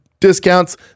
Discounts